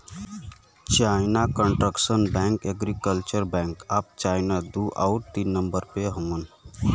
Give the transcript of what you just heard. China construction bank, agriculture bank of China दू आउर तीन नम्बर पे हउवन